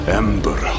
ember